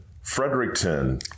Fredericton